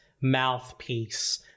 mouthpiece